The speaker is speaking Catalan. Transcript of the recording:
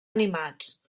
animats